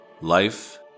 Life